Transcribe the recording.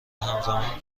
همزمان